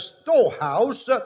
storehouse